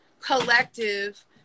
collective